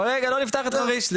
אבל רגע לא נפתח את חריש.